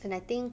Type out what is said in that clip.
and I think